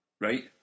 Right